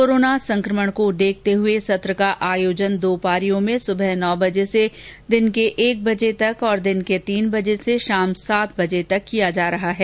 corona संक्रमण को देखते हुए सत्र का आयोजन दो पालियों में सुबह नौ बजे से दिन के एक बजे तक और दिन के तीन बजे से शाम सात बजे तक किया जा रहा है